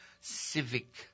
civic